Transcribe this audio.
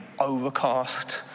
overcast